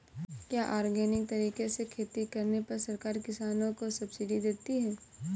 क्या ऑर्गेनिक तरीके से खेती करने पर सरकार किसानों को सब्सिडी देती है?